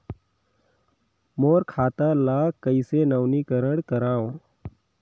मोर खाता ल कइसे नवीनीकरण कराओ?